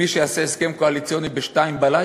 מי שיעשה הסכם קואליציוני ב-02:00,